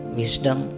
wisdom